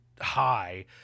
high